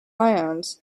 ions